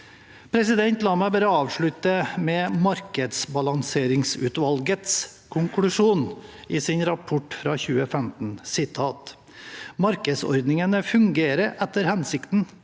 situasjonen. La meg avslutte med markedsbalanseringsutvalgets konklusjon i sin rapport fra 2015: «Markedsordningene fungerer etter hensikten: